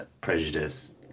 prejudice